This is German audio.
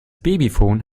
babyphone